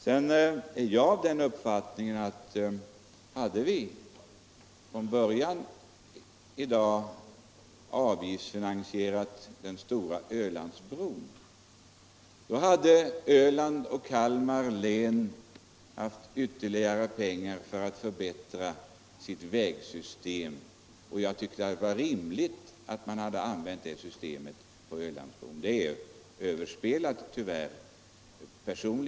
Jag är av den uppfattningen att om vi från början hade avgiftsfinansierat den stora Ölandsbron hade Öland och Kalmar län haft ytterligare pengar för att förbättra sitt vägsystem med. Jag tycker att det hade varit rimligt att använda det systemet beträffande Ölandsbron.